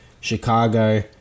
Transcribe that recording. chicago